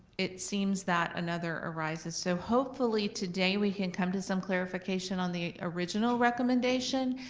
it seems that another arises. so hopefully today we can come to some clarification on the original recommendation,